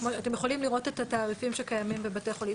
אתם יכולים לראות את התעריפים שקיימים בבתי החולים.